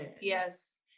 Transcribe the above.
yes